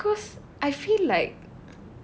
why because I feel like